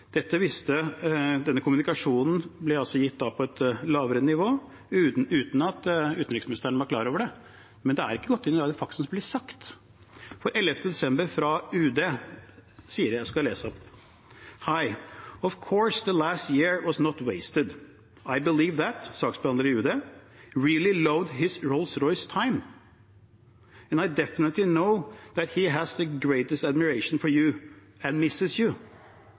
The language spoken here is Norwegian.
Denne kommunikasjonen ble altså gitt på et lavere nivå, uten at utenriksministeren var klar over det. Det er ikke gått inn i hva som faktisk blir sagt. Den 11. desember sies det fra UD, og jeg skal lese det opp: «Hi! Og course the last years were not wasted – I believe that really loved his RR time. And I definately know that he has the greatest admiration for you. And misses